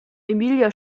emilia